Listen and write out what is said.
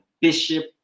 Bishop